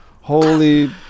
holy